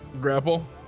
grapple